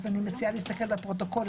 אז אני מציעה להסתכל בפרוטוקול,